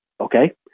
okay